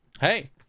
Hey